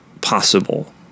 possible